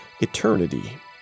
Eternity